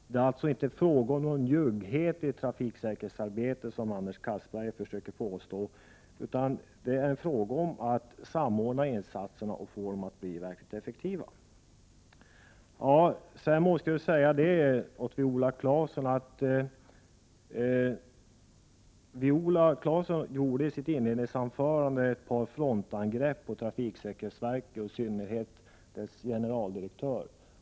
Det är alltså inte fråga om någon njugghet i trafiksäkerhetsarbetet, som Anders Castberger försöker påstå, utan det är fråga om att samordna insatserna och göra dem verkligt effektiva. Viola Claesson gjorde i sitt inledningsanförande ett par frontalangrepp på trafiksäkerhetsverket och i synnerhet dess generaldirektör.